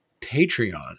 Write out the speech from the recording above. patreon